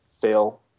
fail